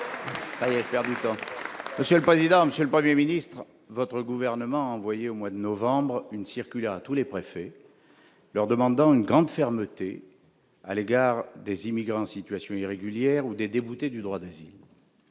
Monsieur le président, Monsieur le 1er ministre votre gouvernement au mois de novembre une circulaire à tous les préfets, leur demandant une grande fermeté à l'égard des immigrés en situation irrégulière ou des déboutés du droit d'asile,